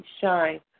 shine